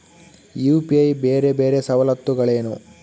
UPI ಬೇರೆ ಬೇರೆ ಸವಲತ್ತುಗಳೇನು?